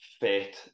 fit